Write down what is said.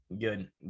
good